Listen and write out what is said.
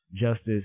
justice